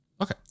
Okay